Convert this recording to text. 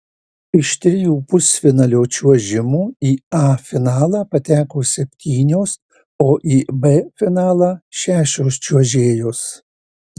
iš trijų pusfinalio čiuožimų į a finalą pateko septynios o į b finalą šešios čiuožėjos